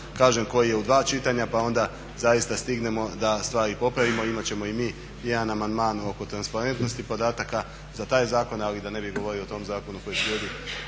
kažem koji je u dva čitanja, pa onda zaista stignemo da stvari popravimo. Imat ćemo i mi jedan amandman oko transparentnosti podataka za taj zakon. Ali da ne bih govorio o tom zakonu koji slijedi